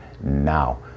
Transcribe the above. now